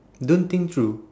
don't think through